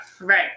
Right